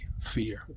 fear